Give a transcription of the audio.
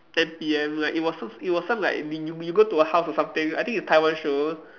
ten P_M like it was some it was some like you you go to a house or something I think it's Taiwan show